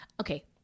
okay